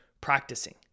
practicing